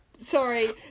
Sorry